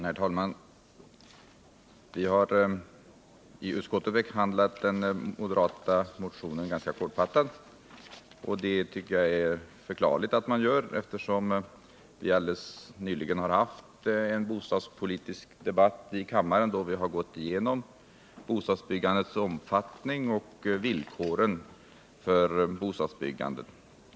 Herr talman! Vi har i utskottet behandlat den moderata motionen ganska kortfattat. Det tycker jag är förklarligt; vi har alldeles nyligen haft en bostadspolitisk debatt i kammaren då vi gått igenom bostadsbyggandets omfattning och villkoren för bostadsbyggandet.